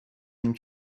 nim